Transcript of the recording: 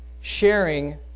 sharing